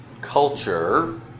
culture